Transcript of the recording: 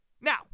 Now